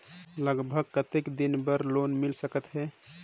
लगभग कतेक दिन बार लोन मिल सकत हे?